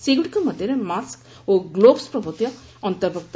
ସେଗୁଡ଼ିକ ମଧ୍ୟରେ ମାସ୍କ ଓ ଗ୍ଲୋଭ୍ସ ପ୍ରଭୂତି ଅନ୍ତର୍ଭୁକ୍ତ